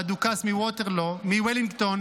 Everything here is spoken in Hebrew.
לדוכס מוולינגטון,